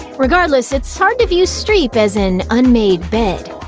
regardless, it's hard to view streep as an unmade bed.